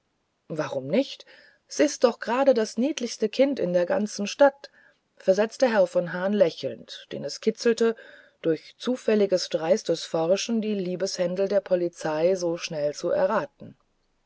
warum nicht ist's doch gerade das niedlichste kind in der ganzen stadt versetzte herr von hahn lächelnd den es kitzelte durch zufälliges dreistes forschen die liebeshändel der polizei so schnell zu erraten